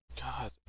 God